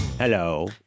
Hello